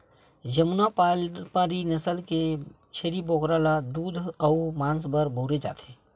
जमुनापारी नसल के छेरी बोकरा ल दूद अउ मांस बर बउरे जाथे